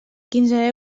quinze